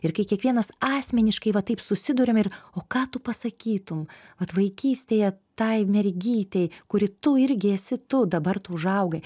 ir kai kiekvienas asmeniškai va taip susiduriam ir o ką tu pasakytum vat vaikystėje tai mergytei kuri tu irgi esi tu dabar tu užaugai